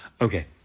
Okay